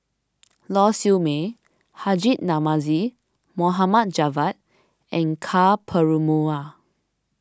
Lau Siew Mei Haji Namazie Mohamad Javad and Ka Perumal